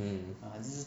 mm